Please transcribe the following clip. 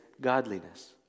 godliness